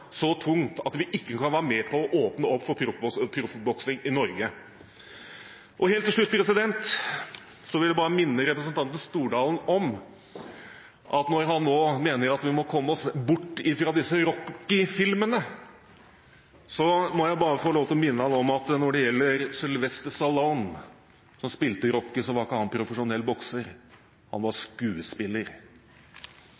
så tungt at vi ikke kan være med på å åpne opp for proffboksing i Norge. Helt til slutt: Når det gjelder det representanten Stordalen sa om at vi må komme oss bort fra disse Rocky-filmene, må jeg bare få minne ham om at Sylvester Stallone, som spilte Rocky, ikke var profesjonell bokser, han var